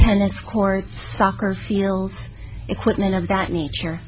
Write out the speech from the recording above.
tennis courts soccer fields equipment of that nature